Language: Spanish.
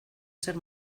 ser